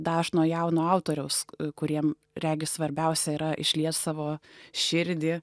dažno jauno autoriaus kuriem regis svarbiausia yra išliet savo širdį